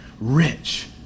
rich